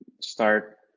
start